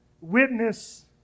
Witness